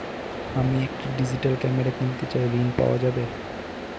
আমি একটি digital camera কিনতে চাই ঝণ পাওয়া যাবে?